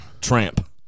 Tramp